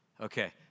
Okay